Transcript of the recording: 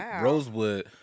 Rosewood